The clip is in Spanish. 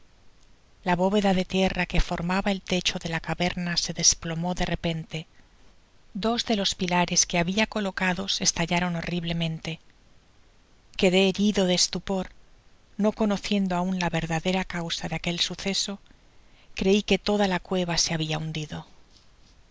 la bóveda de tierra que formaba el techo de la caverna se desplomó de repente dos de los pilares que habia eolocados estallaron horriblemente quedé herido de estupor no conociendo aun la verdadera causa de aquel suceso crei que loda la cueva se habia hundido